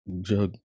jug